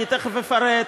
אני תכף אפרט.